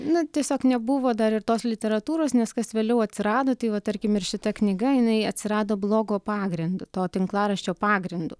nu tiesiog nebuvo dar ir tos literatūros nes kas vėliau atsirado tai va tarkim ir šita knyga jinai atsirado blogo pagrindu to tinklaraščio pagrindu